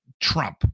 Trump